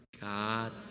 God